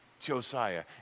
Josiah